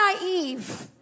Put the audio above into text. naive